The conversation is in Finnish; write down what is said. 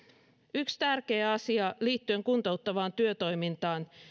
yksi tärkeä asia liittyen kuntouttavaan työtoimintaan